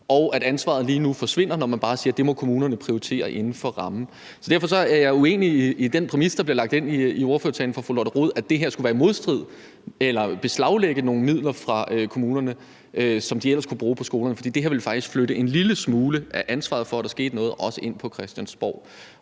og at ansvaret lige nu forsvinder, når man bare siger, at det må kommunerne prioritere inden for rammen. Derfor er jeg uenig i den præmis, der bliver lagt ind i ordførertalen fra fru Lotte rod om, at det her skulle være i modstrid eller beslaglægge nogle midler fra kommunerne, som de ellers kunne bruge på skolerne, for det her ville faktisk flytte en lille smule af ansvaret for, at der skete noget, ind på Christiansborg,